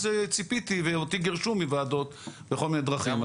אז ציפיתי ואותי גירשו מוועדות בכל מיני דרכים,